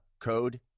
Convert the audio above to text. code